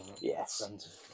Yes